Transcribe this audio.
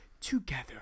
together